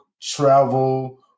travel